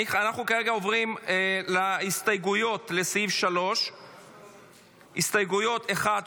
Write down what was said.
אנחנו כרגע להסתייגויות לסעיף 3. הסתייגויות 1,